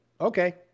okay